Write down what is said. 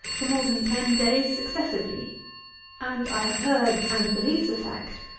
for more than ten days successively and i have heard, and believe the fact,